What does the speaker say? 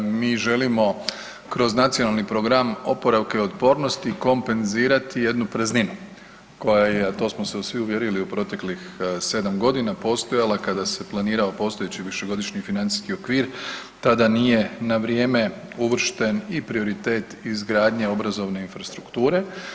Mi želimo kroz Nacionalni plan oporavka i otpornosti kompenzirati jednu prazninu, koja je, a to smo se svi uvjerili u proteklih 7 godina, postojala kada se planirao postojeći Višegodišnji financijski okvir, tada nije na vrijeme uvršten i prioritet izgradnje obrazovne infrastrukture.